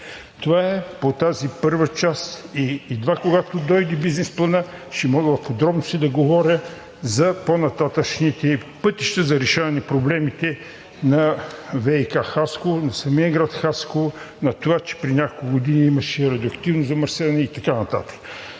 Това е по тази първа част и едва, когато дойде бизнес планът, ще мога в подробности да говоря за по-нататъшните пътища за решаване на проблемите на ВиК – Хасково, на самия град Хасково, на това, че преди няколко години имаше радиоактивно замърсяване и така нататък.